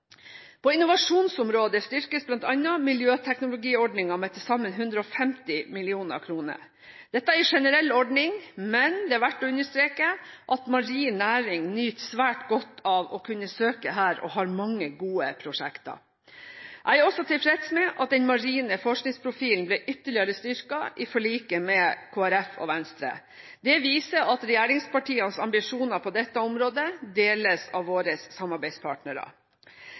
På innovasjonsområdet styrkes bl.a. miljøteknologiordningen med til sammen 150 mill. kr. Dette er en generell ordning, men det er verdt å understreke at marin næring nyter svært godt av å kunne søke her, og har mange gode prosjekter. Jeg er også tilfreds med at den marine forskningsprofilen ble ytterligere styrket i forliket med Kristelig Folkeparti og Venstre. Det viser at regjeringspartienes ambisjoner på dette området deles av våre samarbeidspartnere.